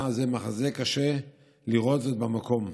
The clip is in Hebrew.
היה זה מחזה קשה לראות זאת במקום.